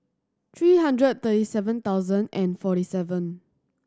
three hundred and thirty seven thousand and forty seven